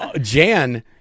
jan